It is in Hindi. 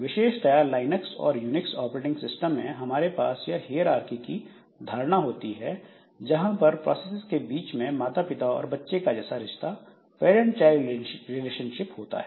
विशेषतया लाइनक्स और यूनिक्स ऑपरेटिंग सिस्टम में हमारे पास यह हेयरआर्कि की धारणा होती है जहां पर प्रोसेसेस के बीच में माता पिता और बच्चे का जैसा रिश्ता होता है